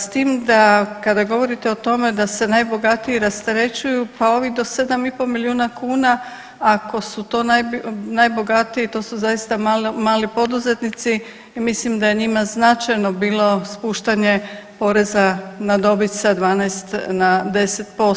S tim da kada govorite o tome da se najbogatiji rasterećuju, pa ovi do 7,5 milijuna kuna, ako su to najbogatiji to su zaista mali poduzetnici i mislim da je njima značajno bilo spuštanje poreza na dobit sa 12 na 10%